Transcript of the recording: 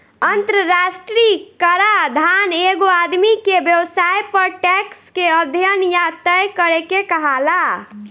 अंतरराष्ट्रीय कराधान एगो आदमी के व्यवसाय पर टैक्स के अध्यन या तय करे के कहाला